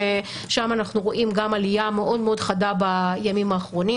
שגם שם אנחנו רואים עלייה חדה מאוד בימים האחרונים.